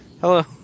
Hello